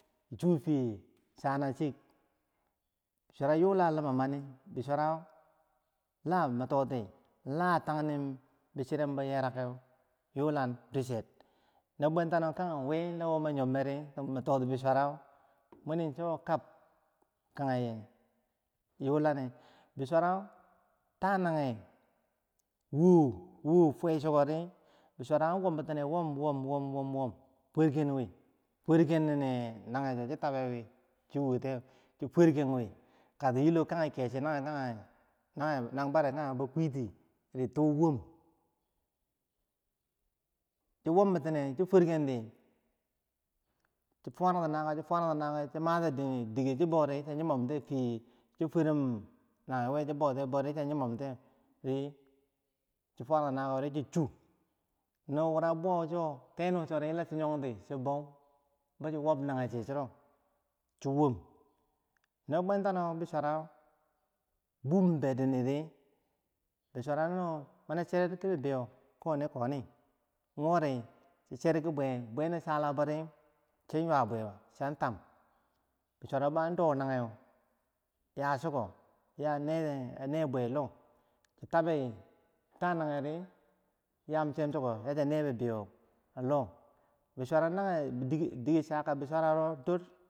Sufiye chanet chiyek, bisura yula ima mani, bichiro min tohti la tagnim biswhirembo yerageu yulan dursher, no bwanta no kage wi wo min yomberi miki toi bisurah sowo lashi kage yulanew, bisurah ta nageh wowo fur shiko ri an wom wom bitinew furken wi, fyr ken nageso shi tabi shi wo tiyew furken wi, shi wom bitine shi chi swubo keche nage kageh ko nabare bohkwi ti wom, kiyeu yula kabo, bwentano kanye wiri mi nyombo, bisura munaso kam, ki yulanen, bisura, ta nase wo, wo, fme chi kodi wumbitineu fuwer enwi, fumerken nange cho chi wotigewi kati keche nanbare witidi tu, wom chi, wom bitine chi fur ker wini, chi fuwarati nakowi, kambo fini so bo di so nyebom nye, chi su, no wora buwau sori bo chi wombitineu chi chiki so wom, bisura na bum berini, mani, ceret koni koni, don bwe no salaburi, chin yuma chi tam bau, bisira no tananyedi ya. a ne bibigo loh, diker chaka, bisurako dor.